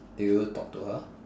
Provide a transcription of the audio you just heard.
do you talk to her